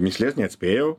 mįslės neatspėjau